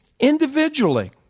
Individually